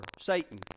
Satan